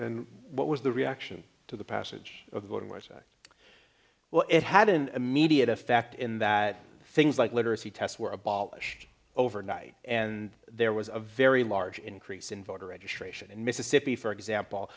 and what was the reaction to the passage of the go to war zone well it had an immediate effect in that things like literacy tests were abolished overnight and there was a very large increase in voter registration in mississippi for